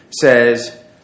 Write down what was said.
says